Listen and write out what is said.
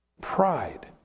Pride